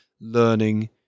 learning